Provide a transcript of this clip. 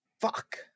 Fuck